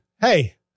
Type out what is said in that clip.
Hey